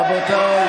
רבותיי,